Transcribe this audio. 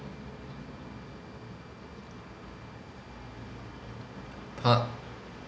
part